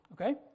okay